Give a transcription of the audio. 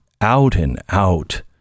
out-and-out